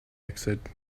exit